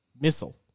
missile